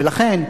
ולכן,